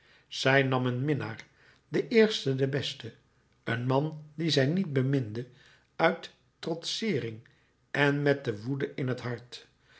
zij nam een minnaar den eersten den besten een man dien zij niet beminde uit trotseering en met de woede in het hart